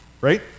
right